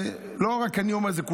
לא רק אני אומר את זה,